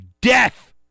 death